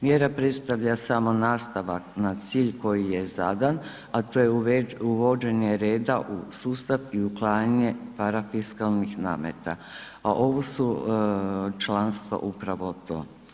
Mjera predstavlja samo nastavak na cilj koji zadan a to je uvođenje reda u sustav i uklanjanje parafiskalnih nameta a ova su članstva upravo to.